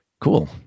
cool